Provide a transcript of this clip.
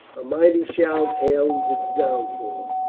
a mighty shout hailed its downfall.